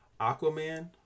Aquaman